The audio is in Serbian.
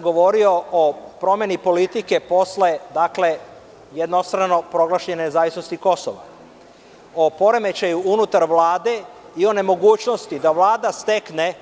Govorio sam o promeni politike posle jednostrane proglašenosti nezavisnosti Kosova, o poremećaju unutar Vlade i nemogućnosti da Vlada stekne